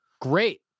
Great